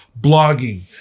blogging